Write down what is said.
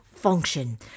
function